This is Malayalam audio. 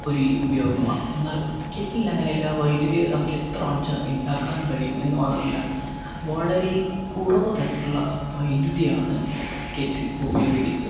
ഒരു ഉപയോഗമാണ് എന്നാൽ കെറ്റിലിലങ്ങനെയല്ല വൈദ്യുതി നമുക്ക് എത്ര വേണമെന്ന് വെച്ചാൽ ഉണ്ടാക്കാനും കഴിയും എന്നുമാത്രല്ല വളരെ കുറവ് തരത്തിലുള്ള വൈദ്യുതിയാണ് കെറ്റിൽ ഉപയോഗിക്കുന്നത്